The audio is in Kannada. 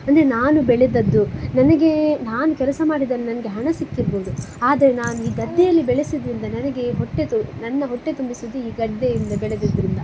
ಅಂದರೆ ನಾನು ಬೆಳೆದದ್ದು ನನಗೆ ನಾನು ಕೆಲಸ ಮಾಡಿದ್ದನ್ನು ನಂಗೆ ಹಣ ಸಿಕ್ಕಿರಬಹುದು ಆದರೆ ನಾನು ಈ ಗದ್ದೆಯಲ್ಲಿ ಬೆಳೆಸಿದ್ರಿಂದ ನನಗೆ ಹೊಟ್ಟೆ ತು ನನ್ನ ಹೊಟ್ಟೆ ತುಂಬಿಸಿದ್ದು ಈ ಗದ್ದೆಯಿಂದ ಬೆಳೆದದ್ರಿಂದ